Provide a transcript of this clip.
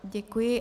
Děkuji.